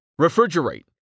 Refrigerate